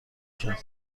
کرد